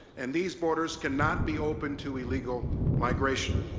and these borders cannot be open to illegal migration.